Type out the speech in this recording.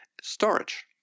storage